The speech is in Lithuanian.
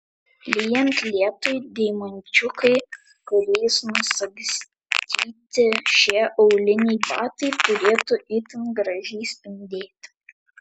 lyjant lietui deimančiukai kuriais nusagstyti šie auliniai batai turėtų itin gražiai spindėti